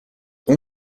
اون